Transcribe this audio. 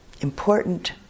important